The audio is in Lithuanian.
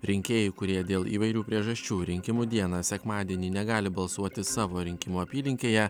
rinkėjai kurie dėl įvairių priežasčių rinkimų dieną sekmadienį negali balsuoti savo rinkimų apylinkėje